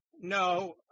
no